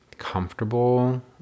comfortable